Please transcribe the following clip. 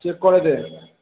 check করাতে